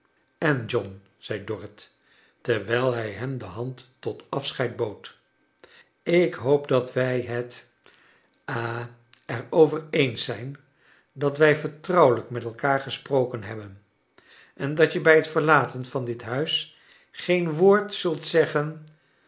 en john zei dorrit terwijl hij hem de hand tot afscheid bood ik hoop dat wij net ha er over eens zijn dat wij vertrouwelijk met elkaar gesproken hebben en dat je bij het verlaten van dit huis geen woord zult zeggen